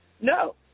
No